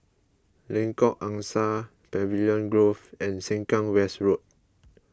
Lengkok Angsa Pavilion Grove and Sengkang West Road